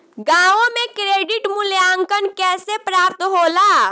गांवों में क्रेडिट मूल्यांकन कैसे प्राप्त होला?